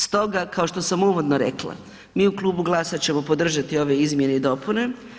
Stoga, kao što sam uvodno rekla, mi u Klubu GLAS-a ćemo podržati ove izmjene i dopune.